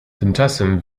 tymczasem